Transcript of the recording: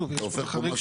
שוב, חריג